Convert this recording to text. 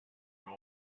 from